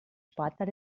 sportler